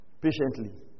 patiently